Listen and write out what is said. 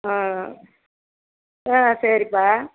ஆ ஆ சரிப்பா